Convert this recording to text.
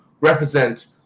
represent